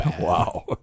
Wow